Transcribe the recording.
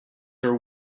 are